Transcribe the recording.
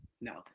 no